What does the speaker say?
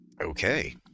Okay